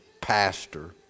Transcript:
pastor